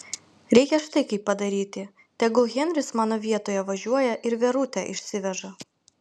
reikia štai kaip padaryti tegul henris mano vietoje važiuoja ir verutę išsiveža